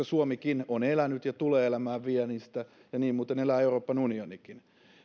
suomikin on elänyt ja tulee elämään viennistä ja niin muuten elää euroopan unionikin